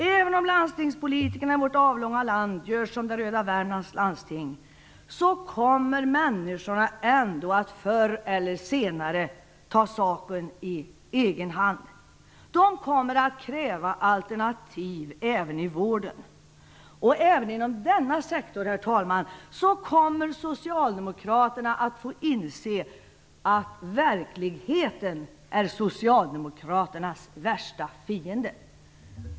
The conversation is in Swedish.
Även om landstingspolitikerna i vårt avlånga land gör som man gör i det röda Värmlands läns landsting, kommer människorna förr eller senare att ta saken i egna händer. De kommer att kräva alternativ även i vården. Och även inom denna sektor, herr talman, kommer Socialdemokraterna att få inse att verkligheten är Socialdemokraternas värsta fiende.